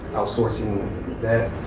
outsourcing that,